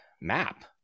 map